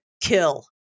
kill